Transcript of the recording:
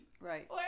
Right